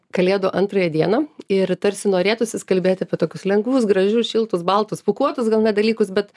kalėdų antrąją dieną ir tarsi norėtųsis kalbėt apie tokius lengvus gražius šiltus baltus pūkuotus gal net dalykus bet